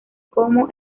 como